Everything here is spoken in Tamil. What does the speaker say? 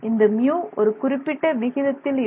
இந்த மியூ μ ஒரு குறிப்பிட்ட விகிதத்தில் இருக்கும்